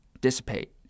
dissipate